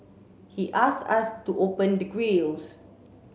he asked us to open the grilles